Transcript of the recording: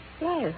Yes